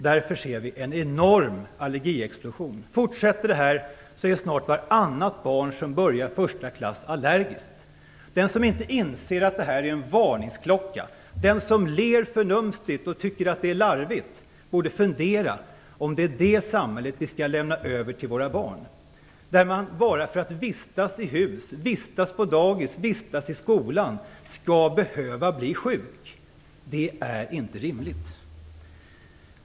Därför ser vi en enorm allergiexplosion. Om detta fortsätter är snart vartannat barn som börjar första klass allergiskt. Den som inte inser att detta är en varningsklocka, den som ler förnumstigt och tycker att det är larvigt, borde fundera över om vi skall lämna över ett samhälle där man bara för att kunna vistas i hus, på dagis och i skolan skall behöva bli sjuk. Det är inte rimligt.